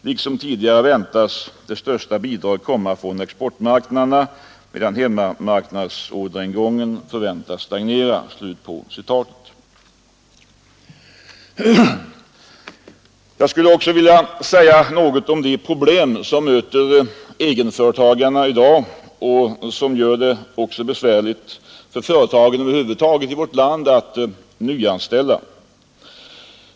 Liksom tidigare väntas det största bidraget komma från exportmarknaderna, medan hemmamarknadsorderingången förväntas stagnera.” Jag skulle också vilja säga något om de problem som möter egenföretagarna i dag och som gör det besvärligt för företagen i vårt land att nyanställa.